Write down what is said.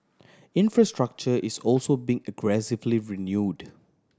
infrastructure is also being aggressively renewed